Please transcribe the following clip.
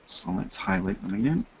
so let's highlight.